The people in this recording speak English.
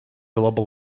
global